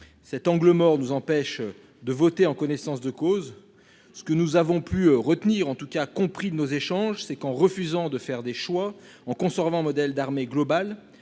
cet angle mort nous empêche de voter en connaissance de cause. Ce que nous avons pu retenir en tout cas compris de nos échanges, c'est qu'en refusant de faire des choix en conservant modèle d'armée global